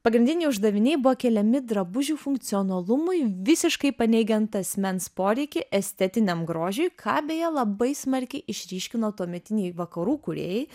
pagrindiniai uždaviniai buvo keliami drabužių funkcionalumui visiškai paneigiant asmens poreikį estetiniam grožiui ką beje labai smarkiai išryškino tuometiniai vakarų kūrėjai